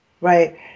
Right